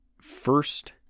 first